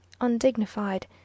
undignified